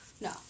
No